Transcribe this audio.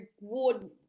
reward